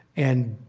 and,